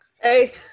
Hey